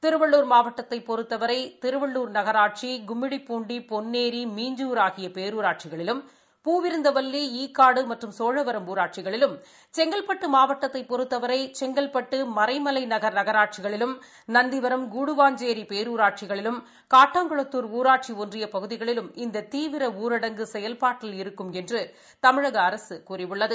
திருவள்ளூர் மாவட்டத்தைப் பொறுத்தவரை திருவள்ளூர் நகராட்சி கும்முடிப்பூண்டி பொன்னேரி மீஞ்சூர் ஆகிய பேரூராட்சிகளிலும் பூவிருந்தவல்வி ஈகாடு மற்றும் சோழவரம் ஊராட்சிகளிலும் செங்கல்பட்டு மாவட்டத்தைச் பொறத்தவரை செங்கல்பட்டு மறைமலைநகள் நகராட்சிகளிலும் நந்திவரம் கூடுவாஞ்சேரி பேரூராட்சிகளிலும் காட்டாங்குளத்துா் ஊராட்சி ஒன்றிய பகுதிகளிலும் இந்த தீவிர ஊரடங்கு செயல்பாட்டில் இருக்கும் என்றும் தமிழக அரசு கூறியுள்ளது